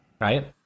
right